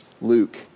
Luke